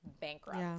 bankrupt